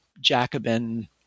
Jacobin